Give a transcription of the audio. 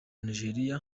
nigeria